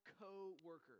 co-worker